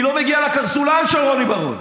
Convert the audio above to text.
היא לא מגיעה לקרסוליים של רוני בר און,